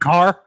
Car